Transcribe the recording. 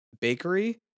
bakery